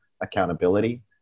accountability